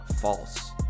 false